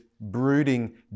brooding